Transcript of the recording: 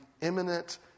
imminent